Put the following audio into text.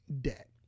debt